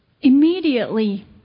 Immediately